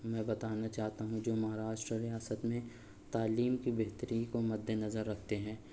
میں بتانا چاہتا ہوں جو مہاراشٹر ریاست نے تعلیم کی بہتری کو مد نظر رکھتے ہیں